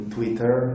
Twitter